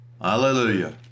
Hallelujah